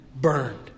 burned